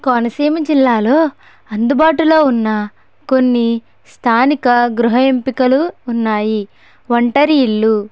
కోనసీమ జిల్లాలో అందుబాటులో ఉన్న కొన్ని స్థానిక గృహ ఎంపికలు ఉన్నాయి ఒంటరి ఇళ్ళు